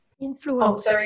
influence